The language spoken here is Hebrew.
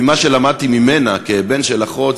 ממה שלמדתי ממנה כבן של אחות,